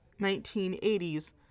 1980s